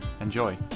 Enjoy